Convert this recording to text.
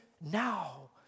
now